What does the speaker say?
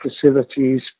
facilities